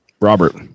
Robert